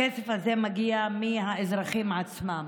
הכסף הזה מגיע מהאזרחים עצמם.